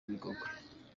bigogwe